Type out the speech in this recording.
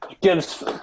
gives